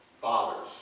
Fathers